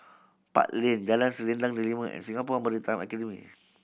Park Lane Jalan Selendang Delima and Singapore Maritime Academy